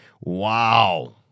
wow